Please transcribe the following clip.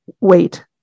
wait